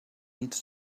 needs